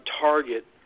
target